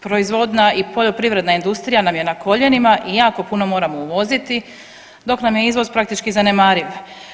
Proizvodna i poljoprivredna industrija nam je na koljenima i jako puno moramo uvoziti, dok nam je izvoz praktički zanemariv.